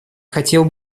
хотел